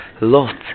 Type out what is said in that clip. Lot